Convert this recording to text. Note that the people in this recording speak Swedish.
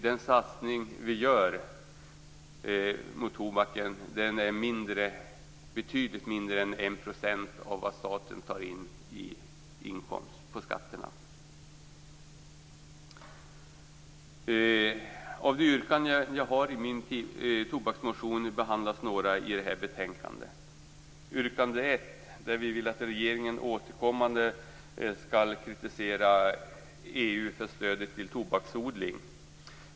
Den satsning vi gör på tobaken är betydligt mindre än 1 % av vad staten tar in i inkomst på skatterna. Av de yrkanden jag har ställt i min tobaksmotion behandlas några i det här betänkandet. I yrkande 1 vill vi att regeringen återkommande skall kritisera EU för stödet till tobaksodling.